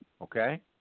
Okay